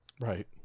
Right